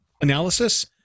analysis